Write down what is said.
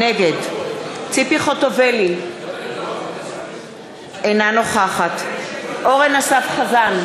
נגד ציפי חוטובלי, אינה נוכחת אורן אסף חזן,